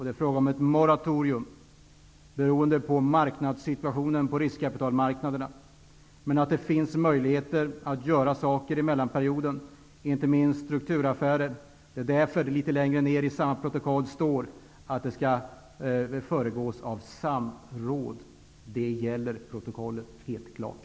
Det är fråga om ett moratorium, beroende på marknadssituationen på riskkapitalmarknaderna, men det finns möjligheter under mellanperioden att vidta åtgärder, inte minst strukturaffärer. Det är därför det litet längre ned i samma protokoll står att det skall föregås av samråd. Protokollet gäller helt klart.